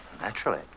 Naturally